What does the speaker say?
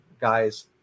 guy's